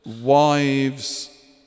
wives